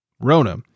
Rona